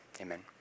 amen